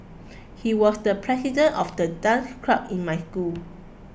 he was the president of the dance club in my school